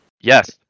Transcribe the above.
Yes